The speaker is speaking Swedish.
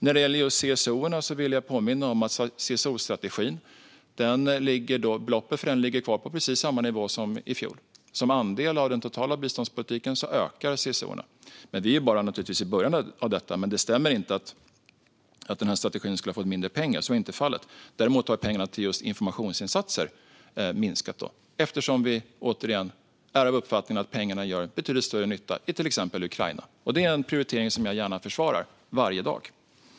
När det gäller CSO:erna vill jag påminna om att beloppet för CSO-strategin ligger kvar på precis samma nivå som i fjol. Sett till andelen av den totala biståndspolitiken ökar CSO:erna. Detta är naturligtvis bara början, men det stämmer inte att strategin skulle ha fått mindre pengar. Så är inte fallet. Däremot har pengarna till just informationsinsatser minskat eftersom vi, återigen, är av uppfattningen att pengarna gör betydligt större nytta i till exempel Ukraina. Det är en prioritering som jag gärna försvarar varje dag.